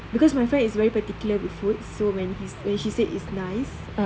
because my friend is very particular with food so when she said it's nice